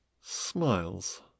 smiles